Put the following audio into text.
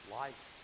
life